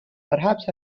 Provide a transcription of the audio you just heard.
perhaps